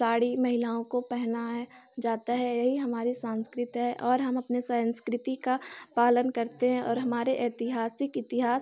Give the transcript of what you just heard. साड़ी महिलाओं को पहनाया जाता है यही हमारी संस्कृति है और हम अपने संस्कृति का पालन करते हैं और हमारे ऐतिहासिक इतिहास